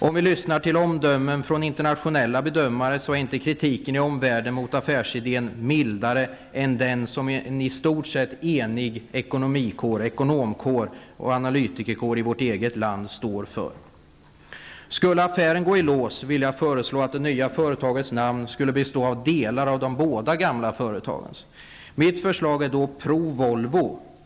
Om vi lyssnar på omdömena från internationella bedömare, märker vi att kritiken i omvärlden mot affärsidén inte är mildare än den som en i stort sett enig ekonomkår och analytikerkår i vårt eget land står för. Om affären skulle gå i lås vill jag föreslå att det nya företagets namn skall bestå av delar av de båda gamla företagens. Mitt förslag är då Provolvo.